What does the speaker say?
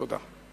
תודה.